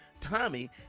Tommy